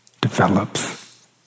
develops